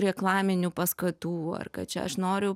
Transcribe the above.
reklaminių paskatų ar kad čia aš noriu